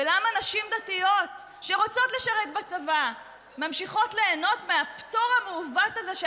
ולמה נשים דתיות שרוצות לשרת בצבא ממשיכות ליהנות מהפטור המעוות הזה,